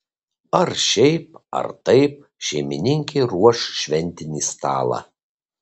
ar šiaip ar taip šeimininkė ruoš šventinį stalą